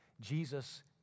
Jesus